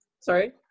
Sorry